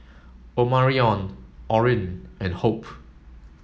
Omarion Orrin and Hope